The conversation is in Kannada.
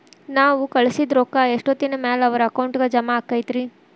ನಾವು ಕಳಿಸಿದ್ ರೊಕ್ಕ ಎಷ್ಟೋತ್ತಿನ ಮ್ಯಾಲೆ ಅವರ ಅಕೌಂಟಗ್ ಜಮಾ ಆಕ್ಕೈತ್ರಿ?